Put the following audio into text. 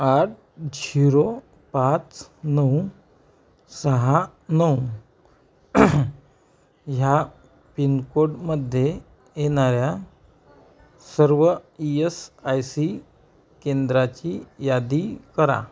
आठ झिरो पाच नऊ सहा नऊ ह्या पिनकोडमध्ये येणाऱ्या सर्व ई एस आय सी केंद्राची यादी करा